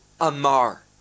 amar